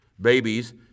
babies